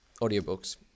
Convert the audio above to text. Audiobooks